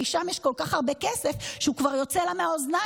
כי שם יש כל כך הרבה כסף שהוא כבר יוצא לה מהאוזניים,